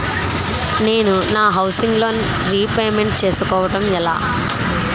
నేను నా housing loan repayment చేసుకోవటం ఎలా?